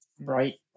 right